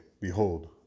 behold